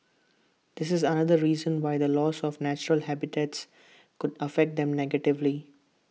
this is another reason why the loss of natural habitats could affect them negatively